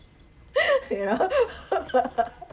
you know